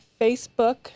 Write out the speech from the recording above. Facebook